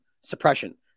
suppression